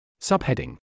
Subheading